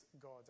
God